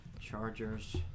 Chargers